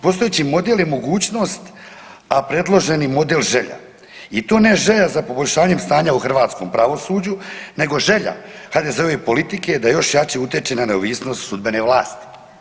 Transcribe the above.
Postojeći model je mogućnost, a predloženi model želja i to ne želja za poboljšanjem stanja u hrvatskom pravosuđu nego želja HDZ-ove politike da još jače utječe na neovisnost sudbene vlasti.